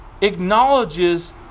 acknowledges